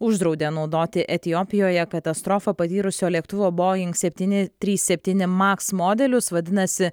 uždraudė naudoti etiopijoje katastrofą patyrusio lėktuvo boing septyni trys septyni maks modelius vadinasi